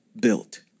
built